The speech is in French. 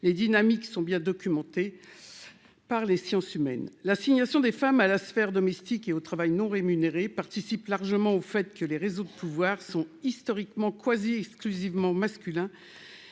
Ces dynamiques sont bien documentées par les sciences humaines. L'assignation des femmes à la sphère domestique et au travail non rémunéré participe largement du fait que, historiquement, les réseaux de pouvoir sont quasi exclusivement masculins